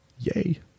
yay